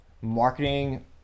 marketing